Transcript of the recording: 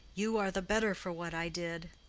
you are the better for what i did.